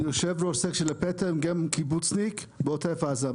אני יושב ראש של הפטם, גם קיבוצניק בעוטף עזה.